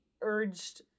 urged